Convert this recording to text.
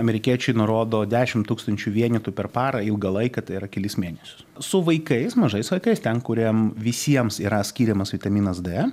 amerikiečiai nurodo dešim tūkstančių vienetų per parą ilgą laiką tai yra kelis mėnesius su vaikais mažais vaikais ten kuriem visiems yra skiriamas vitaminas d